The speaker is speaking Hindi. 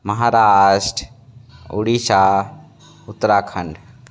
महाराष्ट्र उड़ीसा उत्तराखंड